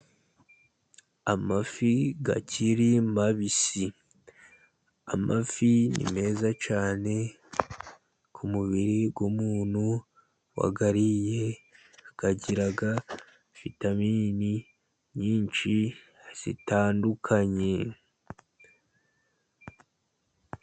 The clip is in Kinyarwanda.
Amafi akiri mabisi. Amafi ni meza cyane ku mubiri w'umuntu wayariye, agira vitaminini nyinshi zitandukanye.